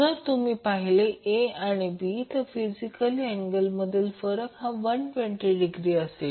जर तुम्ही पाहिले A आणि B तर फिजिकली अँगल मधील फरक हा 120 डिग्री असेल